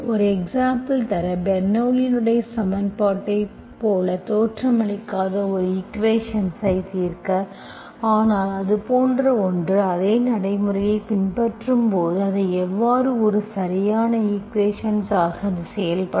ஒரு எக்சாம்புல் தர பெர்னோள்ளியின் சமன்பாட்டைப் போல தோற்றமளிக்காத ஒரு ஈக்குவேஷன் ஐத் தீர்க்க ஆனால் அதுபோன்ற ஒன்று அதே நடைமுறையைப் பின்பற்றும்போது அதை எவ்வாறு ஒரு சரியான ஈக்குவேஷன் ஆக அது செயல்படும்